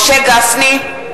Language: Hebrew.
(קוראת בשמות חברי הכנסת) משה גפני,